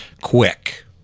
quick